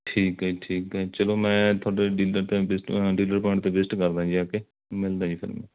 ਠੀਕ ਹੈ ਠੀਕ ਹੈ ਚਲੋ ਮੈਂ ਤੁਹਾਡੇ ਡੀਲਰ 'ਤੇ ਵਿਜ਼ਟ ਡੀਲਰ ਪੁਆਇੰਟ 'ਤੇ ਵਿਜ਼ਿਟ ਕਰਦਾਂ ਜਾ ਕੇ ਮਿਲਦਾ ਜੀ ਫਿਰ ਮੈਂ